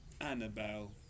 Annabelle